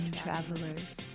travelers